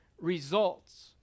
results